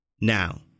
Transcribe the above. Now